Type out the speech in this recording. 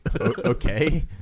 okay